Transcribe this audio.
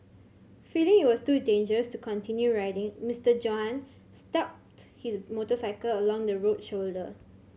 feeling it was too dangerous to continue riding Mister Johann stopped his motorcycle along the road shoulder